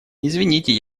извините